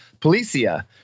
policia